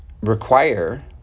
require